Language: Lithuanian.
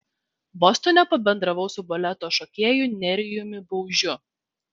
bostone pabendravau su baleto šokėju nerijumi baužiu